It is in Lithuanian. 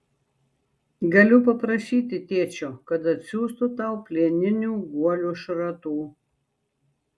galiu paprašyti tėčio kad atsiųstų tau plieninių guolių šratų